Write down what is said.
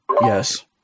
Yes